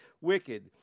wicked